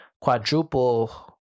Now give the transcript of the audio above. Quadruple